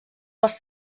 els